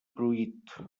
pruit